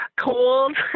Cold